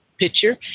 Picture